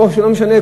או לא משנה,